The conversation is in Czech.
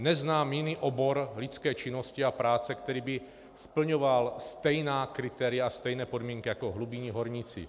Neznám jiný obor lidské činnosti a práce, který by splňoval stejná kritéria, stejné podmínky jako hlubinní horníci.